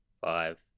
five